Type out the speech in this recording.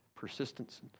Persistence